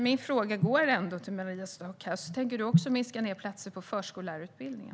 Min fråga går till Maria Stockhaus: Tänker du också minska antalet platser på förskollärarutbildningen?